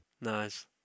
Nice